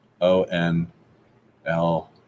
O-N-L